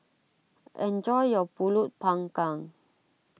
enjoy your Pulut Panggang